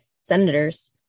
Senators